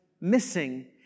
missing